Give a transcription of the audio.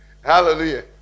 Hallelujah